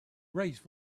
raised